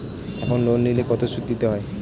এখন লোন নিলে কত সুদ দিতে হয়?